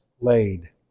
laid